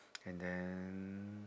and then